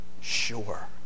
sure